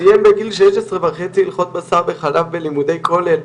סיים בגיל 16.5 הלכות בשר וחלב בלימודי כולל.